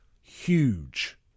huge